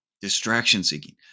distraction-seeking